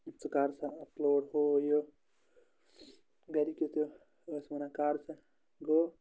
ژٕ کر سا اَپلوڈ ہُہ یہِ گَرِکی تہِ ٲسۍ وَنان کر ژٕ گوٚو